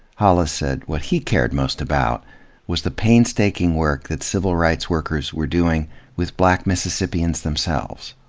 hollis said what he cared most about was the painstaking work that civil rights workers were doing with black mississippians themselves.